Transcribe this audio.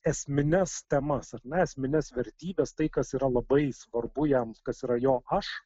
esmines temas ar ne esmines vertybes tai kas yra labai svarbu jam kas yra jo aš